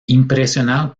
impresionado